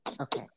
Okay